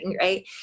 right